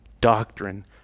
doctrine